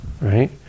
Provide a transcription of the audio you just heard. Right